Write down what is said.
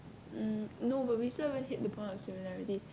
um no but we still haven't hit the point of similarity